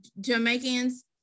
Jamaicans